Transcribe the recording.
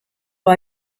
war